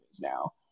now